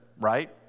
right